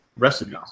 recipes